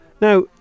Now